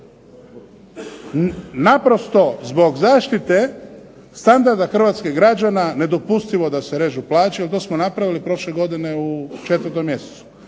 naprosto zbog zaštite standarda hrvatskih građana nedopustivo da se režu plaće, jer to smo napravili prošle godine u 4 mjesecu.